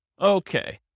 Okay